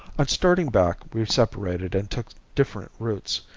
on starting back we separated and took different routes,